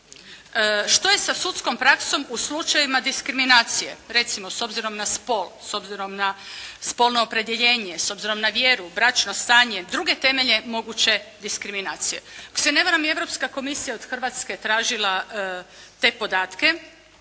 što je sa sudskom praksom u slučajevima diskriminacije recimo s obzirom na spol, s obzirom na spolno opredjeljenje, s obzirom na vjeru, bračno stanje, druge temelje moguće diskriminacije. Ako se ne varam i Europska komisija je od Hrvatske tražila te podatke